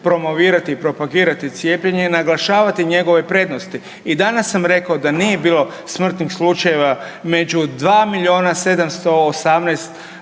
promovirati i propagirati cijepljenje i naglašavati njegove prednosti. I danas sam rekao da nije bilo smrtnih slučajeva među 2 milijuna 718